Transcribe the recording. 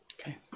okay